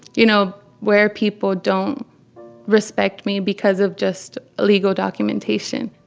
you know, where people don't respect me because of just legal documentation